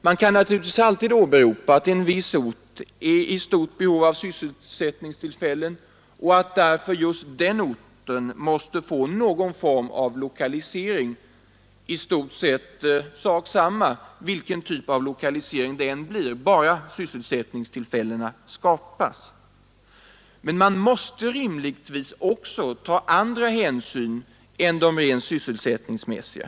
Man kan naturligtvis alltid åberopa att en viss ort är i stort behov av sysselsättningstillfällen och att därför just den orten måste få någon form av lokalisering, i stort sett sak samma vilken typ av lokalisering det blir, bara sysselsättningstillfällena skapas. Men man måste rimligtvis också ta andra hänsyn än de rent sysselsättningsmässiga.